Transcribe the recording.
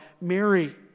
Mary